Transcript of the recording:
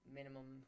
minimum